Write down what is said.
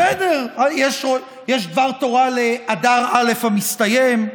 בסדר, יש דבר תורה לאדר א' המסתיים,